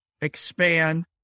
expand